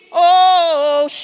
oh